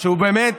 שהוא באמת